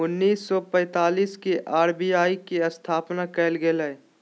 उन्नीस सौ पैंतीस के आर.बी.आई के स्थापना कइल गेलय